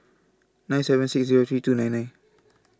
nine seven six Zero three two nine nine